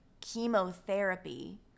chemotherapy